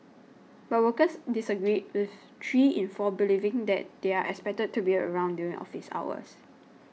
but workers disagreed with three in four believing that they are expected to be around during office hours